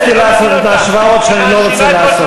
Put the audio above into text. תאלץ אותי, לעשות את ההשוואות שאני לא רוצה לעשות.